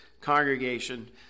congregation